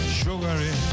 sugary